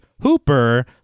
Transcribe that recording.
Hooper